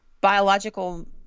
biological